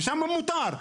ושם מותר.